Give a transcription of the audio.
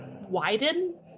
widen